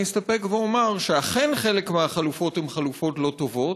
אני אסתפק ואומר שאכן חלק מהחלופות הן חלופות לא טובות,